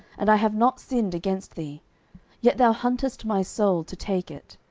and i have not sinned against thee yet thou huntest my soul to take it.